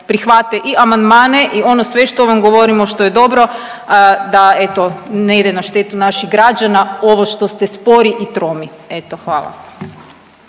prihvate i amandmane i ono sve što vam govorimo što je dobro da eto ne ide na štetu naših građana ovo što ste spori i tromi, eto hvala.